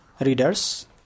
readers